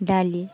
दालि